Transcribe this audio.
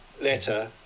letter